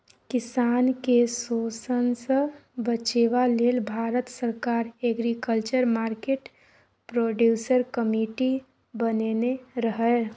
किसान केँ शोषणसँ बचेबा लेल भारत सरकार एग्रीकल्चर मार्केट प्रोड्यूस कमिटी बनेने रहय